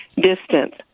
distance